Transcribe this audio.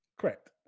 correct